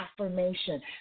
affirmation